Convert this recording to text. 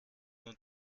nun